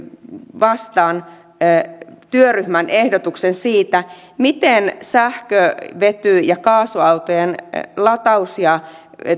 vastaan työryhmän ehdotuksen siitä miten sähkö vety ja kaasuautojen lataus ja